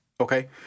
okay